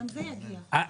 אבל גם זה יגיע, לא?